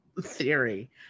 theory